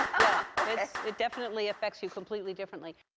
yeah ah it definitely affects you completely differently.